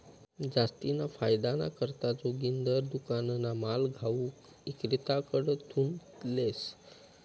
जास्तीना फायदाना करता जोगिंदर दुकानना माल घाऊक इक्रेताकडथून लेस